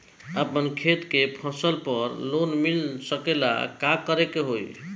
अपना खेत के फसल पर लोन मिल सकीएला का करे के होई?